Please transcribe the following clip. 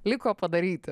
liko padaryti